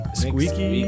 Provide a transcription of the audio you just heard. squeaky